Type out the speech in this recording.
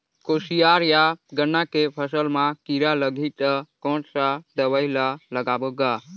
कोशियार या गन्ना के फसल मा कीरा लगही ता कौन सा दवाई ला लगाबो गा?